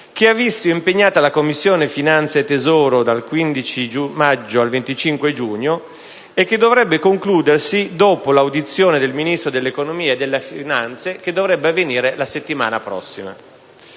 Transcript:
che ha visto impegnata la Commissione finanze e tesoro dal 15 maggio al 25 giugno, e che dovrebbe concludersi dopo l'audizione del Ministro dell'economia e delle finanze, che dovrebbe avvenire la settimana prossima.